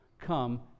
come